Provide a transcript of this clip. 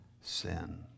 sin